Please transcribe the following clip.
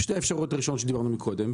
שתי האפשרויות הראשונות שדיברנו עליהן מקודם,